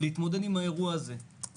להתמודד עם האירוע הזה.